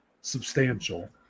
substantial